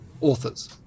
authors